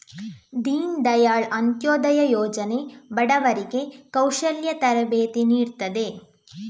ದೀನ್ ದಯಾಳ್ ಅಂತ್ಯೋದಯ ಯೋಜನೆ ಬಡವರಿಗೆ ಕೌಶಲ್ಯ ತರಬೇತಿ ನೀಡ್ತದೆ